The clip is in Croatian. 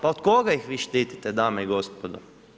Pa od koga ih vi štitite dame i gospodo?